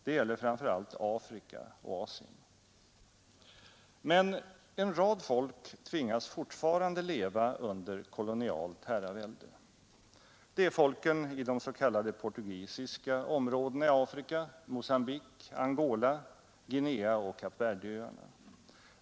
Det gäller framför allt Afrika och Asien. Men en rad folk tvingas fortfarande leva under kolonialt herravälde. Det är folken i de s.k. portugisiska områdena i Afrika — Mogambique, Angola, Guinea och Cap Verde-öarna.